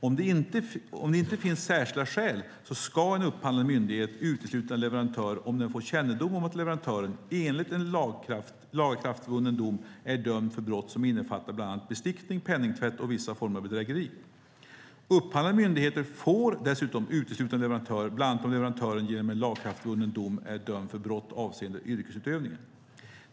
Om det inte finns särskilda skäl ska en upphandlande myndighet utesluta en leverantör om den får kännedom om att leverantören enligt en lagakraftvunnen dom är dömd för brott som innefattar bland annat bestickning, penningtvätt och vissa former av bedrägeri. Upphandlande myndigheter får dessutom utesluta en leverantör bland annat om leverantören genom en lagakraftvunnen dom är dömd för brott avseende yrkesutövningen.